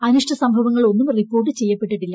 അനിഷ്ടസംഭവങ്ങൾ ഒന്നും റിപ്പോർട്ട് ചെയ്യപ്പെട്ടില്ല